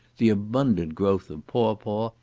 the abundant growth of pawpaw,